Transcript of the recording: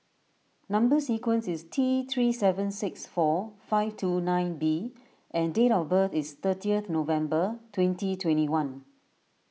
Number Sequence is T three seven six four five two nine B and date of birth is thirtieth November twenty twenty one